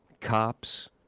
Cops